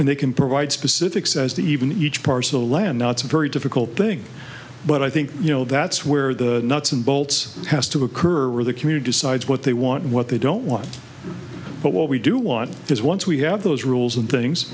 and they can provide specifics as to even each parcel land now it's a very difficult thing but i think you know that's where the nuts and bolts has to occur where the community decides what they want what they don't want but what we do want is once we have those rules and things